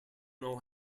know